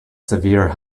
severe